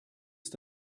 ist